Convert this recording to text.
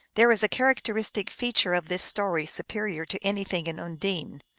there is a characteristic feature of this story supe rior to anything in undine.